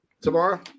tomorrow